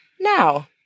now